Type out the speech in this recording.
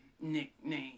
Nickname